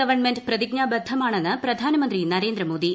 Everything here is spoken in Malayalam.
ഗവൺമെന്റ് പ്രതിജ്ഞാബദ്ധമാണെന്ന് പ്രധാനമന്ത്രി നരേന്ദ്രമോദി